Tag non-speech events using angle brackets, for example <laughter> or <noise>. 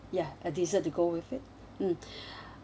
ya a dessert to go with it mm <breath>